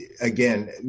again